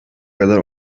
kadar